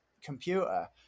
computer